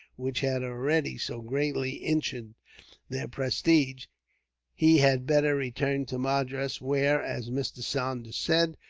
which had already so greatly injured their prestige he had better return to madras, where, as mr. saunders said,